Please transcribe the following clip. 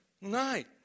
night